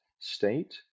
state